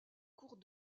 cours